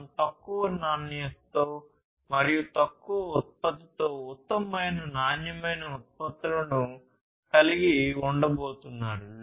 మనం తక్కువ నాణ్యతతో మరియు తక్కువ ఉత్పత్తితో ఉత్తమమైన నాణ్యమైన ఉత్పత్తులను కలిగి ఉండబోతున్నారు